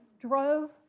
drove